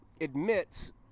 admits